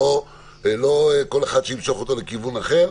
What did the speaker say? שלא כל אחד ימשוך לכיוון אחר.